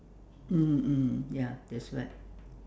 mm mm ya that's right